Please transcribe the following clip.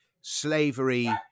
slavery